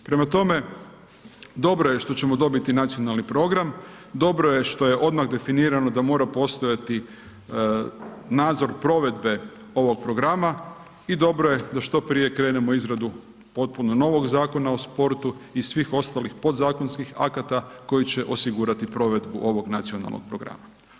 Prema tome, dobro je što ćemo dobiti Nacionalni program, dobro je što je odmah definirano da mora postojati nadzor provedbe ovog programa i dobro je da što prije krenemo u izradu potpuno novog Zakona o sportu i svih ostalih podzakonskih akata koji će osigurati provedbu ovog nacionalnog programa.